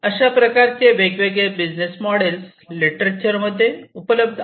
अशा प्रकारचे वेगवेगळे बिझनेस मोडेल लिटरेचर मध्ये हे उपलब्ध आहे